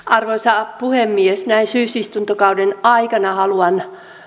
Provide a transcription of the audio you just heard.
arvoisa puhemies näin syysistuntokauden alussa haluan